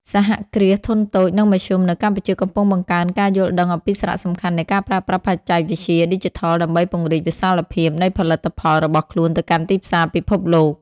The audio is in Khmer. សហគ្រាសធុនតូច និងមធ្យមនៅកម្ពុជាកំពុងបង្កើនការយល់ដឹងអំពីសារៈសំខាន់នៃការប្រើប្រាស់បច្ចេកវិទ្យាឌីជីថលដើម្បីពង្រីកវិសាលភាពនៃផលិតផលរបស់ខ្លួនទៅកាន់ទីផ្សារពិភពលោក។